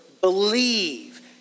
believe